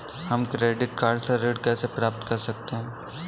हम credit card से ऋण कैसे प्राप्त कर सकते हैं?